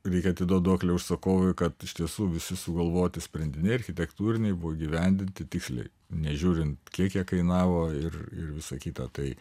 reikia atiduot duoklę užsakovui kad iš tiesų visi sugalvoti sprendiniai architektūriniai buvo įgyvendinti tiksliai nežiūrint kiek jie kainavo ir visa kita tai